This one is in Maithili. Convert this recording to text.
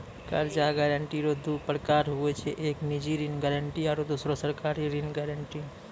कर्जा गारंटी रो दू परकार हुवै छै एक निजी ऋण गारंटी आरो दुसरो सरकारी ऋण गारंटी